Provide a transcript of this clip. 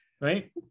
right